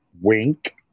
Wink